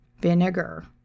vinegar